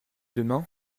demain